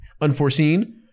unforeseen